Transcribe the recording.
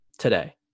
Today